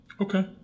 Okay